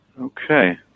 Okay